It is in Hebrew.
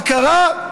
מה קרה?